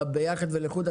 בחשבון של ביחד ולחוד,